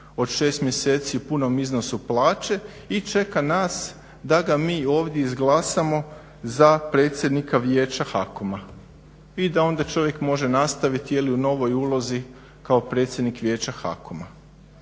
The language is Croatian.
od 6 mjeseci u punom iznosu plaće i čeka nas da ga mi ovdje izglasamo za predsjednika Vijeća HAKOM-a. I da onda čovjek može nastaviti jel' u novoj ulozi kao predsjednik Vijeća HAKOM-a.